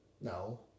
No